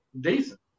decent